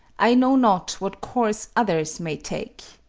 i know not what course others may take,